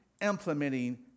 implementing